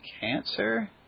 cancer